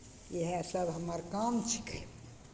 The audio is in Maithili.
इएहसभ हमर काम छिकै